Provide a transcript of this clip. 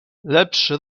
lepszy